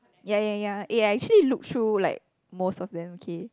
ya ya ya eh I actually look through like most of them okay